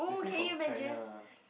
definitely from China ah